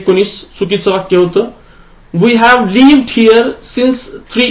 19 चुकीचे वाक्य We have lived here since three years